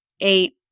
eight